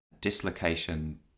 dislocation